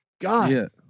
god